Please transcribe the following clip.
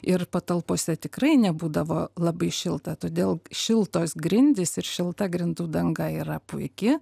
ir patalpose tikrai nebūdavo labai šilta todėl šiltos grindys ir šilta grindų danga yra puiki